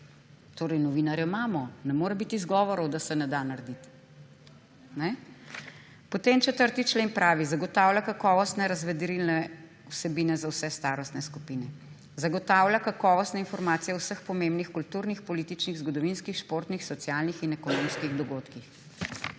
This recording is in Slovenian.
Torej novinarje imamo, ne more biti izgovorov, da se ne da narediti. Potem 4. člen pravi: »Zagotavlja kakovostne razvedrilne vsebine za vse starostne skupine. Zagotavlja kakovostne informacije o vseh pomembnih kulturnih, političnih, zgodovinskih, športnih, socialnih in ekonomskih dogodkih.